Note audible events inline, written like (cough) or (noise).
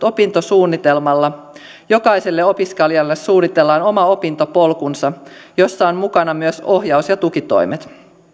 (unintelligible) opintosuunnitelmalla jokaiselle opiskelijalle suunnitellaan oma opintopolkunsa jossa on mukana myös ohjaus ja tukitoimet